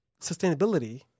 sustainability